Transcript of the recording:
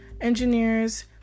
engineers